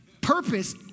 Purpose